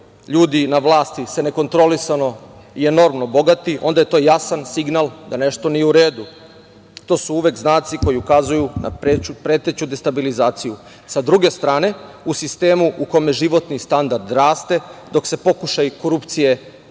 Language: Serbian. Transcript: ljudi na vlasti se nekontrolisano i enormno bogati, onda je to jasan signal da nešto nije u redu. To su uvek znaci koji ukazuju na preteću destabilizaciju. Sa druge strane u sistemu u kome životni standard raste, dok se pokušaji korupcije